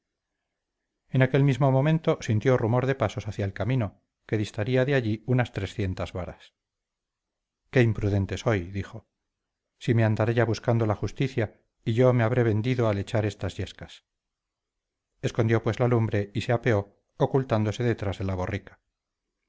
en aquel mismo momento sintió rumor de pasos hacia el camino que distaría de allí unas trescientas varas qué imprudente soy dijo si me andará buscando ya la justicia y yo me habré vendido al echar estas yescas escondió pues la lumbre y se apeó ocultándose detrás de la borrica